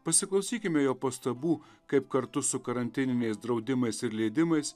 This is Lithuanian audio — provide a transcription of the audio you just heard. pasiklausykime jo pastabų kaip kartu su karantininiais draudimais ir leidimais